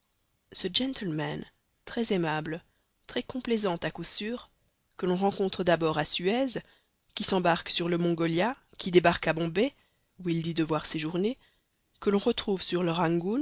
ce gentleman très aimable très complaisant à coup sûr que l'on rencontre d'abord à suez qui s'embarque sur le mongolia qui débarque à bombay où il dit devoir séjourner que l'on retrouve sur le